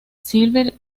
silver